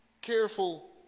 careful